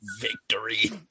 Victory